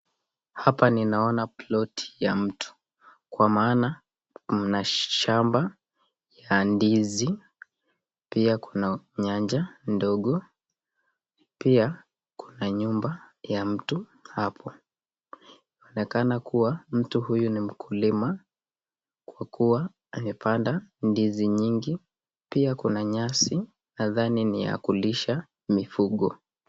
Hapa ninaona ploti ya mtu kwa maana mnashamba ya ndizi, pia kuna nyanja ndogo, pia kuna nyumba ya mtu hapo. Inaonekana kuwa mtu huyu ni mkulima kwa kuwa amepanda ndizi nyingi. Pia kuna nyasi nadhani ni ya kulisha mifugo.